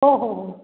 हो हो हो